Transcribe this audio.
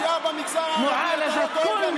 גם הצעה זו עוברת לוועדת הכספים.